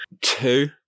Two